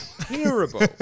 Terrible